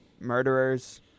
murderers